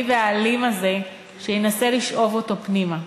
והאלים הזה שינסה לשאוב אותו פנימה.